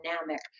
dynamic